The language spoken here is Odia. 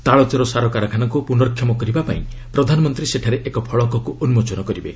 ତାଳଚେର ସାର କାରଖାନାକୁ ପୁନଃକ୍ଷମ କରିବାପାଇଁ ପ୍ରଧାନମନ୍ତ୍ରୀ ସେଠାରେ ଏକ ଫଳକକୁ ଉନ୍କୋଚନ କରିବେ